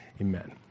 Amen